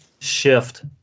shift